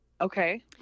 okay